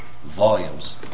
Volumes